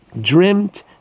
dreamt